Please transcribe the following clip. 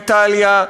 איטליה.